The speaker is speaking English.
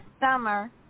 Summer